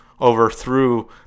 overthrew